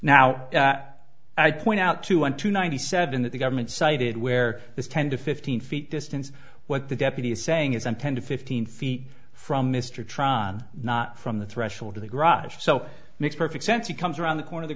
now i point out to one two ninety seven that the government cited where it's ten to fifteen feet distance what the deputy is saying is on ten to fifteen feet from mr tron not from the threshold to the garage so makes perfect sense he comes around the corner the